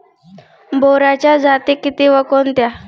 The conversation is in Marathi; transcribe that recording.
बोराच्या जाती किती व कोणत्या?